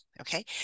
Okay